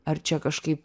ar čia kažkaip